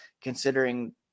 considering